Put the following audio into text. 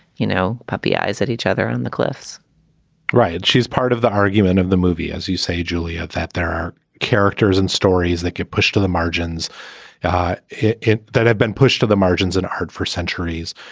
you know, puppy eyes at each other on the cliffs right. she's part of the argument of the movie, as you say, juliet, that there are characters and stories that get pushed to the margins yeah that have been pushed to the margins in art for centuries,